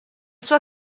sua